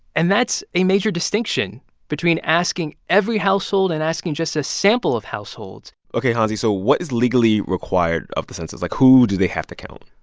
and that's a major distinction between asking every household and asking just a sample of households ok, hansi. so what is legally required of the census? like, who do they have to count?